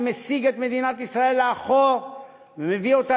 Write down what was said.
שמסיג את מדינת ישראל לאחור ומביא אותה